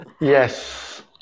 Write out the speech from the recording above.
yes